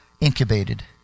incubated